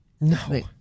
No